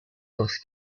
parce